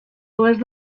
oest